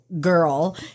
girl